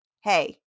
hey